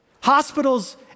Hospitals